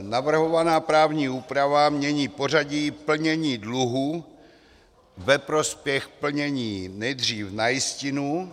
Navrhovaná právní úprava mění pořadí plnění dluhu ve prospěch plnění nejdříve na jistinu.